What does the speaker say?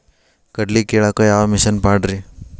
ಕಡ್ಲಿ ಕೇಳಾಕ ಯಾವ ಮಿಷನ್ ಪಾಡ್ರಿ?